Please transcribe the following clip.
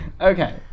okay